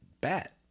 bet